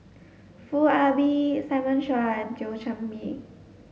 Foo Ah Bee Simon Chua and Thio Chan Bee